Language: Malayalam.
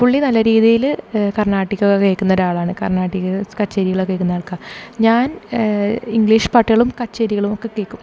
പുള്ളി നല്ല രീതിയിൽ കർണാടിക്ക് ഒക്കെ കേൾക്കുന്ന ഒരാളാണ് കർണാടിക്ക് കച്ചേരികളൊക്കെ കേൾക്കുന്ന ആൾക്കാ ഞാൻ ഇംഗ്ലീഷ് പാട്ടുകളും കച്ചേരികളും ഒക്കെ കേൾക്കും